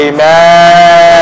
Amen